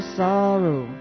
sorrow